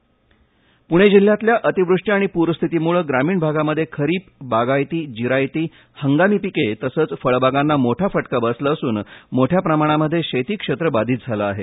अतिवष्टी पुणे जिल्ह्यातल्या अतिवृष्टी आणि पुरस्थितीमुळे ग्रामीण भागामध्ये खरीप बागायतीजिरायती हंगामी पिके तसेच फळबागांना मोठा फटका बसला असून मोठया प्रमाणामध्ये शेती क्षेत्र बाधीत झाले आहे